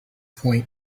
point